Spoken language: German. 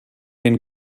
den